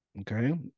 okay